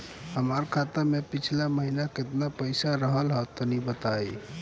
हमार खाता मे पिछला महीना केतना पईसा रहल ह तनि बताईं?